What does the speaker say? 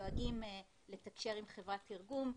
דואגים לתקשר עם חברת תרגום,